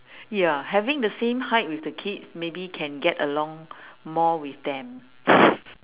ya having the same height with the kids maybe can get along more with them